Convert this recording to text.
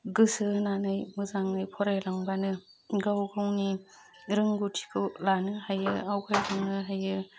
गोसो होनानै मोजाङै फरायलांब्लानो गाव गावनि रोंगौथिखौ लानो हायो आवगायलांनो हायो